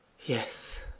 Yes